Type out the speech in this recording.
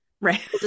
Right